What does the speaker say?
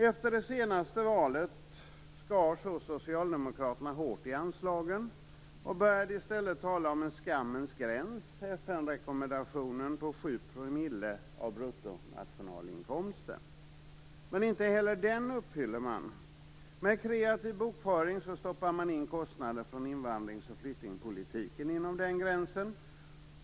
Efter det senaste valet skar så socialdemokraterna hårt i anslagen och började i stället tala om en "skammens gräns" - FN-rekommendationen på 7 promille av bruttonationalinkomsten. Men inte heller den uppfyller man. Med kreativ bokföring stoppar man in kostnader för invandringsoch flyktingpolitiken inom den gränsen.